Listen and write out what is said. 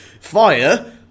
fire